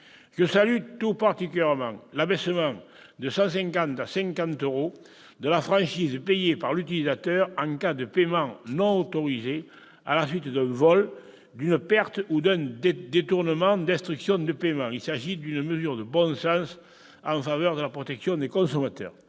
Je salue tout particulièrement l'abaissement de 150 à 50 euros de la franchise payée par l'utilisateur en cas de paiement non autorisé à la suite du vol, de la perte ou du détournement d'un instrument de paiement. Il s'agit d'une mesure de bon sens en faveur de la protection des consommateurs.